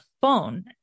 phone